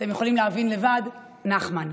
אתם יכולים להבין לבד, נחמן.